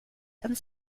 and